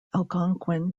algonquin